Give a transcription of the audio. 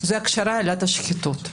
זה הכשרת עילת השחיתות,